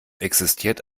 existiert